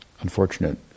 unfortunate